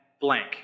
blank